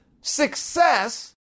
success